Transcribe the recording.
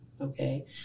okay